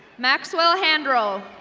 maxwell handroll.